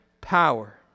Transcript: power